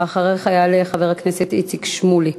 ואחריך יעלה חבר הכנסת איציק שמולי.